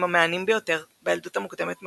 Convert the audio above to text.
המהנים ביותר בילדות המוקדמת מאוד.